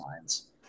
lines